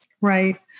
Right